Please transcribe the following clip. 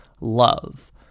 love